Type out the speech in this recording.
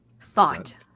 thought